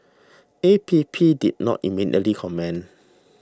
A P P did not immediately comment